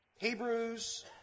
Hebrews